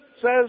says